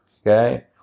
okay